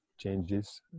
changes